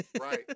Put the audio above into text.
Right